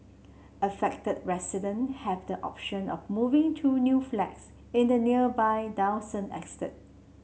affected resident have the option of moving to new flats in the nearby Dawson estate